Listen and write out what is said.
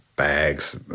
Bags